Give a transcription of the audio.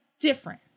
different